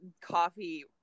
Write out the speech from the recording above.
coffee